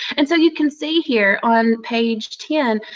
and so you can see here, on page ten,